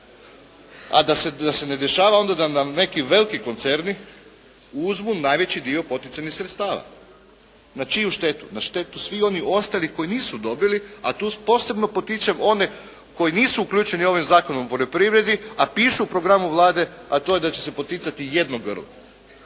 a da se ne dešava onda nam neki veliki koncerni, uzmu najveći dio poticajnih sredstava. Na čiju štetu? Na štetu svih onih ostalih koji nisu dobili, a to posebno potičem one koji nisu uključeni ovim Zakonom o poljoprivredi, a pišu u programu Vlade, a to je da će se poticati jedno grlo.